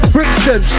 Brixton